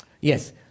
Yes